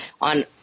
on